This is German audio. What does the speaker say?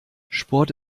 sport